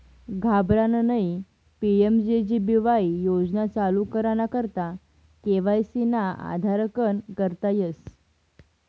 घाबरानं नयी PMJJ BY योजना चालू कराना करता के.वाय.सी ना आधारकन करता येस